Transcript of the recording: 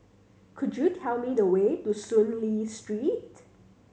could you tell me the way to Soon Lee Street